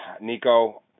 Nico